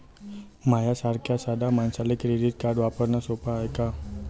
माह्या सारख्या साध्या मानसाले क्रेडिट कार्ड वापरने सोपं हाय का?